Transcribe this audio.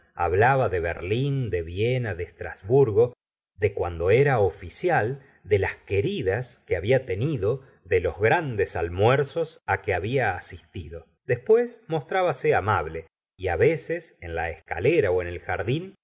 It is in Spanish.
hablabt de berlín de viena de estrasburgo de cuando era oficial de las queridas que había tenido de los grandes almuerzos que había asistido después mostrábase amable y veces en la escalera'ó en el jardín